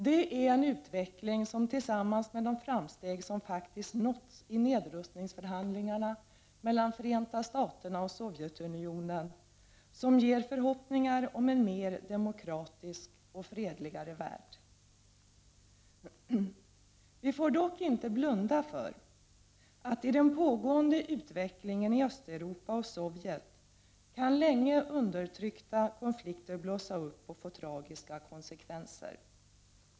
Det är en utveckling som tillsammans med de framsteg som faktiskt nåtts i nedrustningsförhandlingarna mellan Förenta Staterna och Sovjetunionen ger förhoppningar om en mer demokratisk och fredligare värld. Vi får dock inte blunda för att i den pågående utvecklingen i Östeuropa och Sovjet länge undertryckta konflikter kan blossa upp och få tragiska konsekvenser.